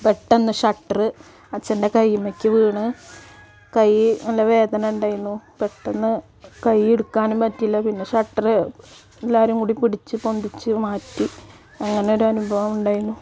പെട്ടെന്ന് ഷട്ടറ് അച്ഛൻ്റെ കയ്യിന്മേലേക്ക് വീണ് കൈ നല്ല വേദന ഉണ്ടായിരുന്നു പെട്ടെന്ന് കൈ എടുക്കാനും പറ്റിയില്ല പിന്നെ ഷട്ടറ് എല്ലാവരും കൂടി പിടിച്ചു പൊന്തിച്ച് മാറ്റി അങ്ങനെ ഒരു അനുഭവം ഉണ്ടായിരുന്നു